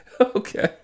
Okay